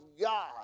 God